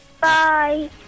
Bye